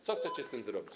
Co chcecie z tym zrobić?